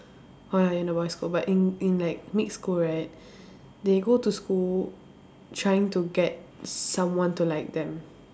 oh ya in the boys' school but in in like mixed school right they go to school trying to get someone to like them